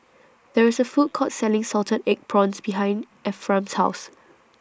There IS A Food Court Selling Salted Egg Prawns behind Ephram's House